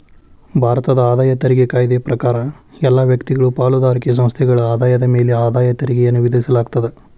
ಭಾರತದ ಆದಾಯ ತೆರಿಗೆ ಕಾಯ್ದೆ ಪ್ರಕಾರ ಎಲ್ಲಾ ವ್ಯಕ್ತಿಗಳು ಪಾಲುದಾರಿಕೆ ಸಂಸ್ಥೆಗಳ ಆದಾಯದ ಮ್ಯಾಲೆ ಆದಾಯ ತೆರಿಗೆಯನ್ನ ವಿಧಿಸಲಾಗ್ತದ